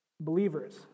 believers